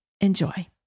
Enjoy